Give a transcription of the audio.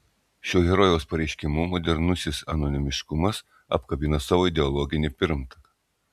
šiuo herojaus pareiškimu modernusis anonimiškumas apkabina savo ideologinį pirmtaką